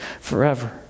forever